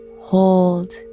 hold